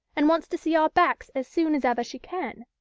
and wants to see our backs as soon as ever she can.